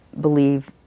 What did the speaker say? believe